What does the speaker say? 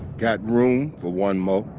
got room for one more?